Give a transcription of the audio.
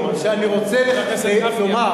חבר הכנסת גפני,